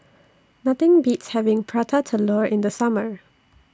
Nothing Beats having Prata Telur in The Summer